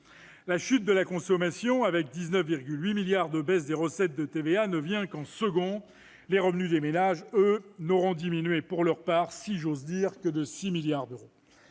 La chute de la consommation, avec 19,8 milliards de baisse des recettes de TVA, ne vient qu'en second. Les revenus des ménages n'ont diminué, pour leur part, si j'ose dire, que de 6 milliards d'euros.